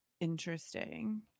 interesting